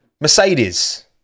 Mercedes